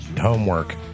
homework